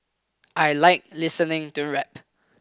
I like listening to rap